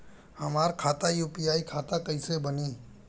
हमार खाता यू.पी.आई खाता कईसे बनी?